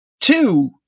Two